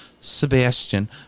Sebastian